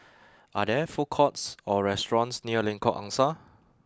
are there food courts or restaurants near Lengkok Angsa